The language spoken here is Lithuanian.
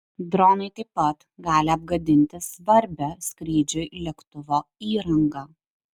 dronai taip pat gali apgadinti svarbią skrydžiui lėktuvo įrangą